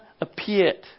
appeared